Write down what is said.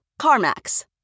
CarMax